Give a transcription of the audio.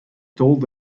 told